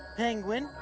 penguin,